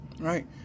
right